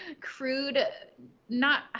crude—not